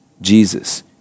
Jesus